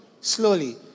slowly